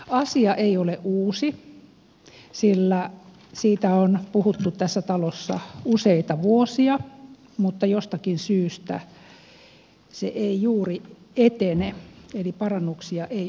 asia ei ole uusi sillä siitä on puhuttu tässä talossa useita vuosia mutta jostakin syystä se ei juuri etene eli parannuksia ei ole tullut